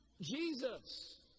Jesus